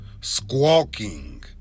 squawking